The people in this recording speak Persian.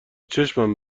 چشمم